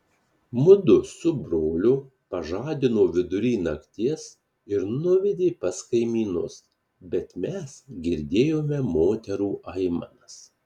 mudu su broliu pažadino vidury nakties ir nuvedė pas kaimynus bet mes girdėjome moterų aimanas